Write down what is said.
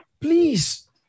Please